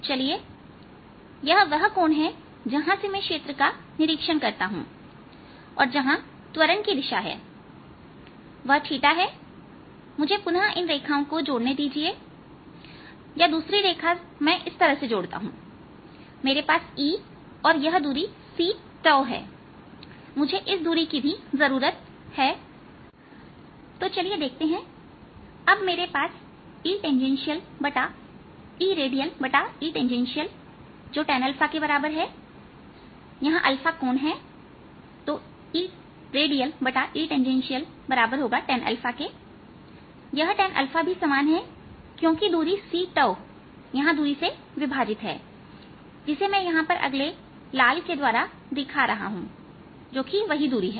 चलिए यह वह कोण जहां से मैं क्षेत्र का निरीक्षण करता हूं और जहां त्वरण की दिशा है वह θ है मुझे पुनः इन रेखाओं को जोड़ने दीजिए या दूसरी रेखा मैं इस तरह से जोड़ता हूं मेरे पास E और यह दूरी c 𝝉 है और मुझे इस दूरी की भी जरूरत है तो चलिए देखते हैं अब मेरे पास Er Et जो tan𝞪 के बराबर है जहां 𝞪 कोण है Er Et tan𝞪 यह tan𝞪 भी समान है क्योंकि दूरी c𝝉यहां दूरी से विभाजित है जिसे मैं यहां पर अगले लाल के द्वारा दिखा रहा हूं जो कि वही दूरी है